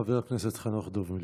חבר הכנסת חנוך דב מלביצקי,